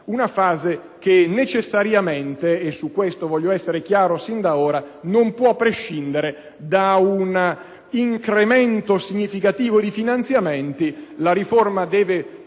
una fase che necessariamente - su questo voglio essere chiaro sin da ora - non può prescindere da un incremento significativo di finanziamenti che invece